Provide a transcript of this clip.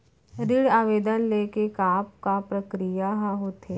ऋण आवेदन ले के का का प्रक्रिया ह होथे?